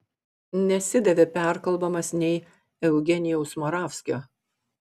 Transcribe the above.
nesidavė perkalbamas nei eugenijaus moravskio